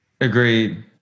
Agreed